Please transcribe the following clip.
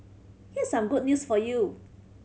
here's some good news for you